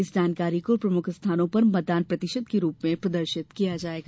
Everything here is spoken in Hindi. इस जानकारी को प्रमुख स्थानों पर मतदान प्रतिशत के रूप में प्रदर्शित किया जायेगा